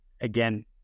again